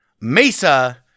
Mesa